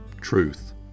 Truth